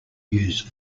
use